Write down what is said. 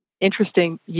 interesting